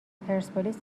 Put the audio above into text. پرسپولیس